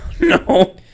no